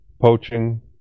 poaching